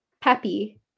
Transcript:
peppy